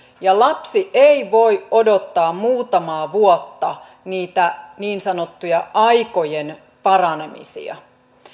lapsi ei ei voi odottaa muutamaa vuotta niitä niin sanottuja aikojen paranemisia